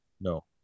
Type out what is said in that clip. no